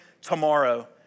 tomorrow